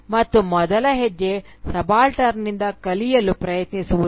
ಮತ್ತು ಮೊದಲ ಹೆಜ್ಜೆ ಸಬಾಲ್ಟರ್ನ್ನಿಂದ ಕಲಿಯಲು ಪ್ರಯತ್ನಿಸುವುದು